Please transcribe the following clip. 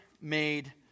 Made